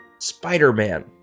Spider-Man